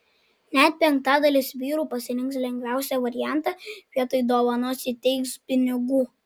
net penktadalis vyrų pasirinks lengviausią variantą vietoj dovanos įteiks pinigų